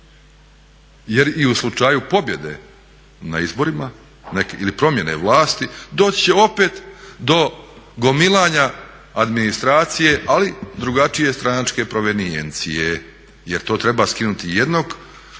Jer i u slučaju pobjede na izborima ili promjene vlasti doći će opet do gomilanja administracije ali drugačije stranačke provenijencije jer to treba skinuti jednog